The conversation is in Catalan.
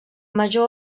major